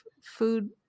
food